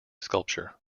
sculpture